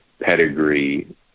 pedigree